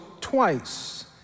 twice